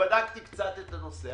שבדקתי את הנושא.